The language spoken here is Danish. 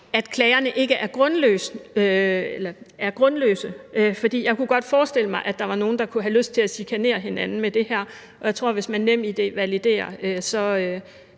at klagerne ikke er grundløse. For jeg kunne godt forestille mig, at der var nogen, der kunne have lyst til at chikanere hinanden med det her, og jeg tror, at hvis man NemID-validerer,